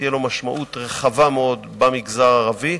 תהיה לו משמעות רחבה מאוד במגזר הערבי,